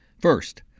first